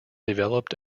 developed